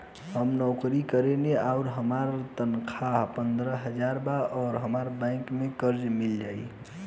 हम नौकरी करेनी आउर हमार तनख़ाह पंद्रह हज़ार बा और हमरा बैंक से कर्जा मिल जायी?